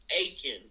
aching